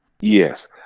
Yes